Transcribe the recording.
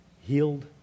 healed